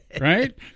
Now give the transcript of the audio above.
Right